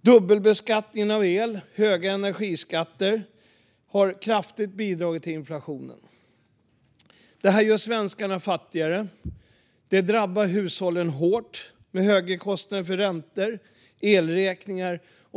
Dubbelbeskattning av el och höga energiskatter har kraftigt bidragit till inflationen. Det här gör svenskarna fattigare. Högre kostnader för räntor och elräkningar drabbar hushållen hårt.